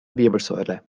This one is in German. wirbelsäule